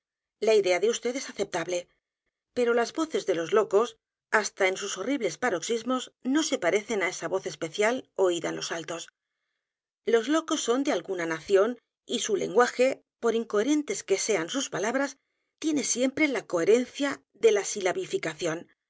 la idea de vd es aceptable pero las voces de los locos hasta en sus horribles paroxismos no se parecen á esa voz especial oída en los altos los locos son de alguna nación y su lenguaje por incoherentes que sean sus palabras tiene siempre la coherencia de la